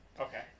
Okay